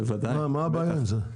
מה הבעיה עם זה?